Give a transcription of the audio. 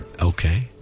Okay